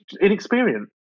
inexperienced